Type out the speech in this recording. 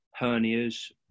hernias